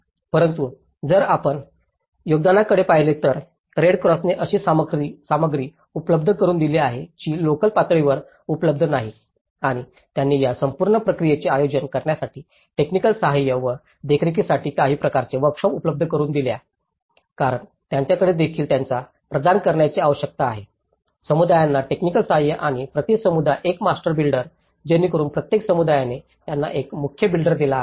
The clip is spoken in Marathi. परंतु जर आपण योगदानाकडे पाहिले तर रेड क्रॉसने अशी सामग्री उपलब्ध करुन दिली आहे जी लोकल पातळीवर उपलब्ध नाहीत आणि त्यांनी या संपूर्ण प्रक्रियेचे आयोजन करण्यासाठी टेकनिक सहाय्य व देखरेखीसाठी काही प्रकारचे वोर्कशॉप उपलब्ध करून दिल्या आहेत कारण त्यांच्याकडेदेखील त्यांना प्रदान करण्याची आवश्यकता आहे समुदायांना टेकनिक सहाय्य आणि प्रति समुदाय एक मास्टर बिल्डर जेणेकरून प्रत्येक समुदायाने त्यांना एक मुख्य बिल्डर दिला आहे